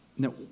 Now